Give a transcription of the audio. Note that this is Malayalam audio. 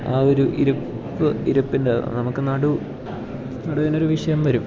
ആ ഒരു ഇരുപ്പ് ഇരുപ്പിൽ നമുക്ക് നടു നടുവിനൊരു വിഷയം വരും